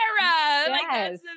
yes